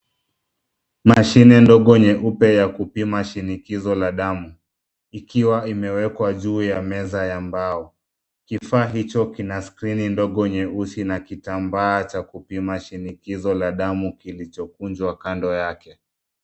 Mashine ndogo nyeupe ya kupima shinikizo la damu, ikiwa imewekwa juu ya meza ya mbao. Kifaa hicho kina skrini ndogo nyeusi na kitambaa cha kupima shinikizo la damu kilichokunjwa kando yake.